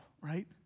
right